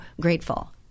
grateful